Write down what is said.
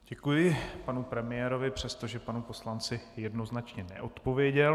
Děkuji panu premiérovi, přestože panu poslanci jednoznačně neodpověděl.